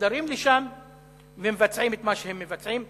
מוחדרים לשם ומבצעים את מה שהם מבצעים.